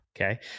Okay